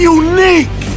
unique